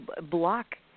block